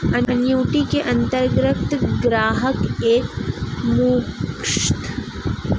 annuity के अंतर्गत ग्राहक एक मुश्त या टुकड़ों में निवेश कर सकता है